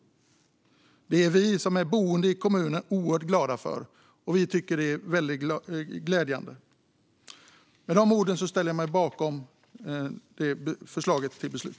Detta tycker vi som är boende i kommunen är oerhört glädjande. Med de orden yrkar jag bifall till utskottets förslag till beslut.